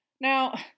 Now